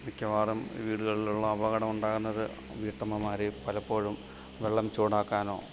മിക്കവാറും വീടുകളിലുള്ള അപകടം ഉണ്ടാകുന്നത് വീട്ടമ്മമാർ പലപ്പോഴും വെള്ളം ചൂടാക്കാനോ